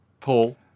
Paul